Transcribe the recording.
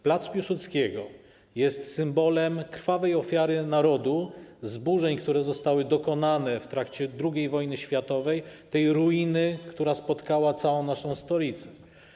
Plac Piłsudskiego jest symbolem krwawej ofiary narodu, zburzeń, które zostały dokonane w trakcie II wojny światowej, ruiny, która spotkała całą naszą stolicę.